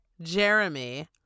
Jeremy